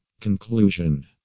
Conclusion